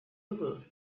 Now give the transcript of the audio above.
bugle